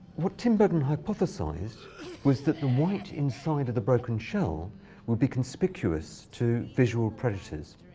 what tinbergen hypothesized was that the white inside of the broken shell would be conspicuous to visual predators.